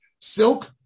silk